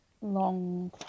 long